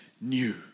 new